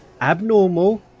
abnormal